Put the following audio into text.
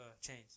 change